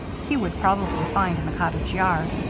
he would probably find in the cottage yard.